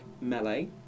melee